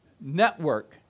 network